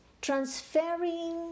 transferring